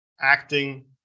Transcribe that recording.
acting